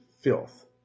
filth